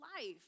life